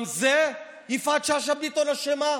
גם בזה יפעת שאשא ביטון אשמה?